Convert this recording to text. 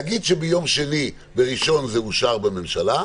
נגיד שביום ראשון זה אושר בממשלה,